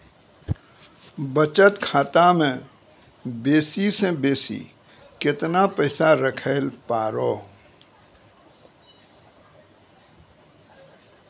बचत खाता म बेसी से बेसी केतना पैसा रखैल पारों?